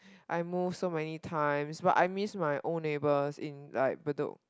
I move so many times but I miss my old neighbors in like Bedok